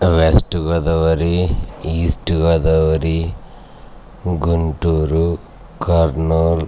west Godavari east Godavari Guntur Kurnool